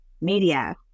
media